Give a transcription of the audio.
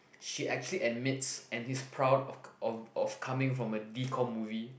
she actually admits and he's proud of of of coming from a decom movie